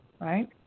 right